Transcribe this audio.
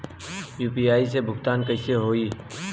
UPI से भुगतान कइसे होहीं?